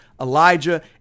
Elijah